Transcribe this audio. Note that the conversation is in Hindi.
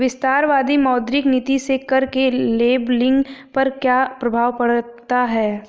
विस्तारवादी मौद्रिक नीति से कर के लेबलिंग पर क्या प्रभाव पड़ता है?